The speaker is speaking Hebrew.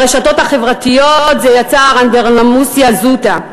ברשתות החברתיות זה יצר אנדרלמוסיה זוטא,